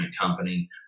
company